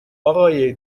آقای